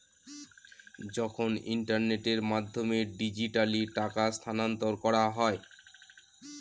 যখন ইন্টারনেটের মাধ্যমে ডিজিট্যালি টাকা স্থানান্তর করা হয়